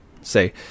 say